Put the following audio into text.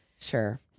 Sure